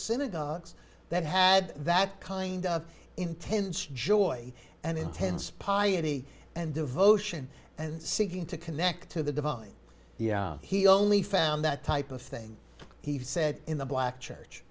synagogues that had that kind of intense joy and intense piety and devotion and seeking to connect to the divine yeah he only found that type of thing he said in the black church